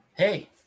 Hey